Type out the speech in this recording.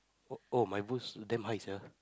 oh oh my boost damn high sia